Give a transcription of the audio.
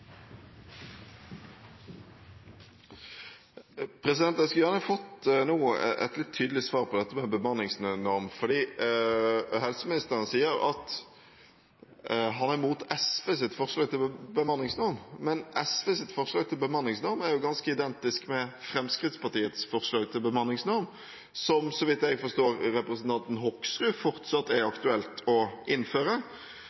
Jeg skulle gjerne fått et tydeligere svar på spørsmålet om bemanningsnorm, fordi helseministeren sier at han er imot SVs forslag til bemanningsnorm. Men SVs forslag til bemanningsnorm er ganske identisk med Fremskrittspartiets forslag til bemanningsnorm, som det fortsatt er aktuelt å innføre, så vidt jeg forstår representanten Hoksrud.